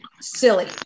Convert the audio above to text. Silly